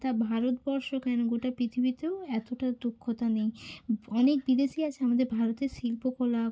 তা ভারতবর্ষ কেন গোটা পৃথিবীতেও এতটা দক্ষতা নেই অনেক বিদেশি আছে আমাদের ভারতের শিল্পকলা